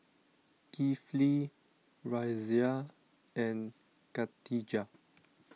Kifli Raisya and Khatijah